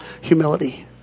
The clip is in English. humility